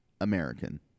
American